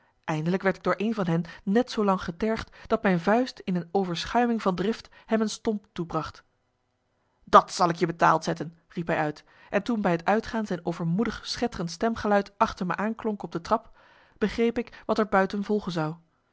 eindelijk werd ik door één van hen net zoo lang getergd dat mijn vuist in een overschuiming van drift hem een stomp toebracht dat zal ik je betaald zetten riep hij uit en toen bij het uitgaan zijn overmoedig schetterend stemgeluid achter me aanklonk op de trap begreep ik wat er buiten volgen zou